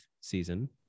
season